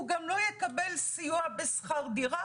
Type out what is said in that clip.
הוא גם לא יקבל סיוע בשכר דירה